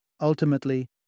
ultimately